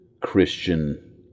Christian